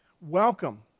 welcome